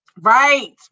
Right